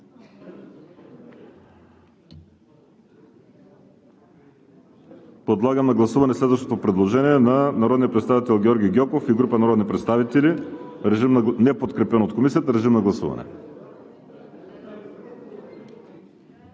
Подлагам на гласуване следващото предложение – на народния представител Георги Гьоков и група народни представители, неподкрепено от Комисията. Гласували